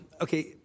okay